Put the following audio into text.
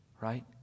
right